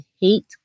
hate